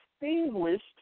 distinguished